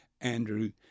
Andrew